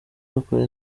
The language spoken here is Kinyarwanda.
dukora